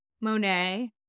Monet